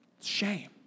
Shame